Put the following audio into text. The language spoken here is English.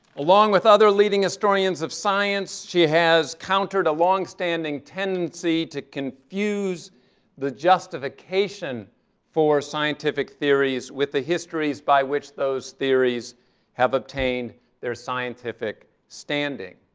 along with other leading historians of science, she has countered a longstanding tendency to confuse the justification for scientific theories with the histories by which those theories have obtained their scientific standing.